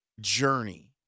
journey